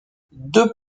deux